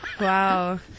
Wow